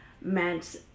meant